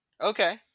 Okay